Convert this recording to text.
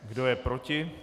Kdo je proti?